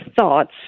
thoughts